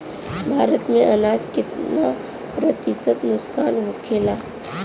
भारत में अनाज कितना प्रतिशत नुकसान होखेला?